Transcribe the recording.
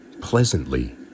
pleasantly